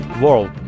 World